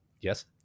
Yes